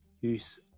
use